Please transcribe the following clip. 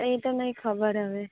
એ તો નહીં ખબર હવે